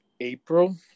April